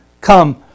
come